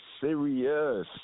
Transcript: serious